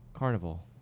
Carnival